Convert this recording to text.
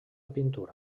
pintura